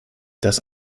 das